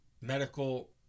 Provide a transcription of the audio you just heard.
medical